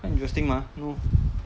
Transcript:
quite interesting mah